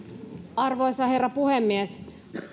arvoisa herra puhemies